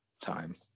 time